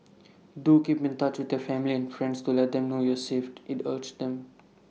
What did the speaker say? do keep in touch with the family and friends to let them know you saved IT urged them